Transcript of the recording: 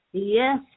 yes